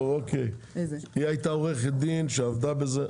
היא הייתה עורכת דין שעבדה בזה.